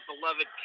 beloved